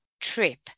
trip